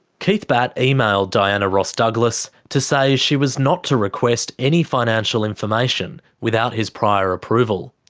keith batt emailed diana ross douglas to say she was not to request any financial information without his prior approval.